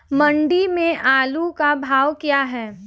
मंडी में आलू का भाव क्या है?